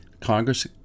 congress